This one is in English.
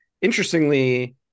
interestingly